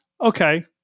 Okay